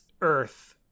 Earth